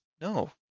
No